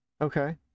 Okay